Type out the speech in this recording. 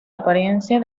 apariencia